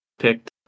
picked